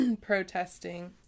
protesting